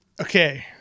Okay